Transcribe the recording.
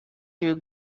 you